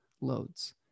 loads